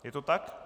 Je to tak?